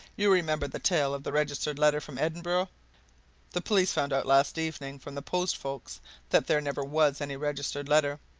you remember the tale of the registered letter from edinburgh the police found out last evening from the post folks that there never was any registered letter.